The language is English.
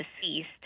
deceased